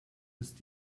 ist